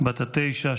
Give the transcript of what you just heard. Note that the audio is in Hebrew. בת התשע,